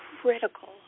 critical